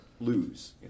lose